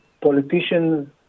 politicians